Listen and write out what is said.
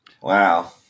Wow